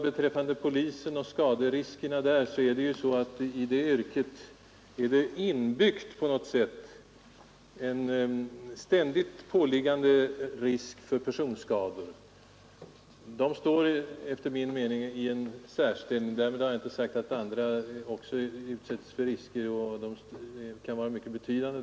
Beträffande polisers skaderisk är det ju så, att det i detta yrke på något sätt är inbyggt en ständigt påliggande risk för personskador. Polismännen står enligt vår mening därför i en särställning. Därmed har jag inte sagt att inte andra yrkesgrupper utsätts för risker som också kan vara mycket betydande.